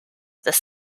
this